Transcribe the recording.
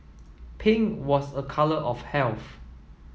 pink was a colour of health